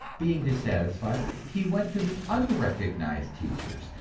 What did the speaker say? being dissatisfied, he went to the unrecognized teachers,